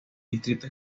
distrito